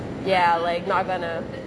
ya like not going to